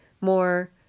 more